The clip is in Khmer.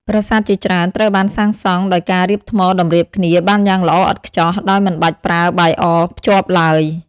ប្រាសាទជាច្រើនត្រូវបានសាងសង់ដោយការរៀបថ្មតម្រៀបគ្នាបានយ៉ាងល្អឥតខ្ចោះ ដោយមិនបាច់ប្រើបាយអភ្ជាប់ឡើយ។